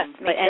Yes